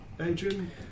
Adrian